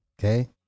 Okay